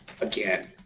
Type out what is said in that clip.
again